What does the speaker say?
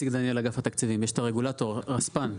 רספ"ן,